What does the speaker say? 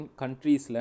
countries